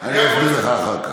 אני אסביר לך אחר כך.